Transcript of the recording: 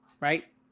right